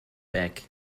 back